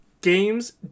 Games